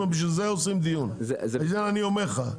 זה לא עובד ככה.